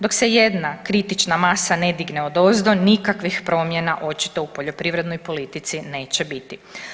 Dok se jedna kritična masa ne digne odozdo nikakvih promjena očito u poljoprivrednoj politici neće biti.